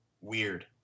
weird